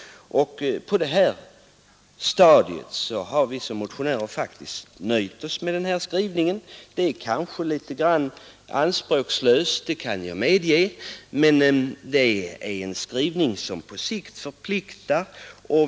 På detta stadium har vi som motionärer nöjt oss med utskottets skrivning utan att reservera oss. Det är kanske litet anspråkslöst — det kan jag medge — men det är en skrivning som på sikt förpliktar.